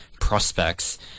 prospects